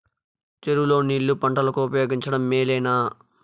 చెరువు లో నీళ్లు పంటలకు ఉపయోగించడం మేలేనా?